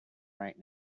right